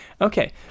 Okay